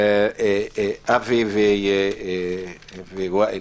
אבי וווהאל,